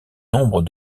nombre